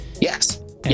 yes